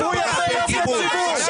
תדברו יפה לעובדי ציבור.